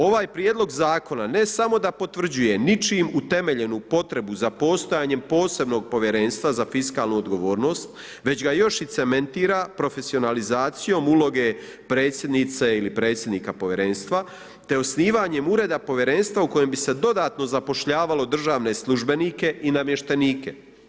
Ovaj Prijedlog zakona ne samo da potvrđuje ničim utemeljenu potrebu za postojanjem posebnog Povjerenstva za fiskalnu odgovornost, već ga još i cementira profesionalizacijom uloge predsjednice ili predsjednika Povjerenstva te osnivanjem Ureda Povjerenstva u kojem bi se dodatno zapošljavalo državne službenike i namještenike.